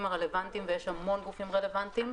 הרלוונטיים ויש המון גופים רלוונטיים,